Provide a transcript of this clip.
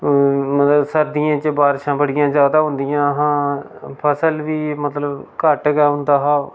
मतलब सर्दियें च बारशां बड़ियां जैदा होंदियां हां फसल बी मतलब घट्ट गै होंदा हा